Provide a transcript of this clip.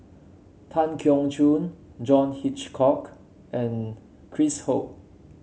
Tan Keong Choon John Hitchcock and Chris Ho